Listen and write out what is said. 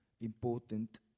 important